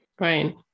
right